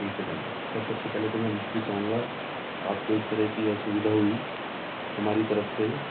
ایک پجامہ ہے سر سب سے پہلے تو میں معافی چاہوں گا آپ کو اس طرح کی اسویدھا ہوئی ہماری طرف سے